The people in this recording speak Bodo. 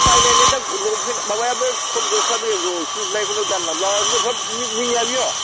नायनायनि दा लंफेन माबायाबो कट गस्लायाबो एन्जर अरसिजोबनायखौनो गानलांब्ला जोंखौ मि मिनिया बियो